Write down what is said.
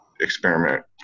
experiment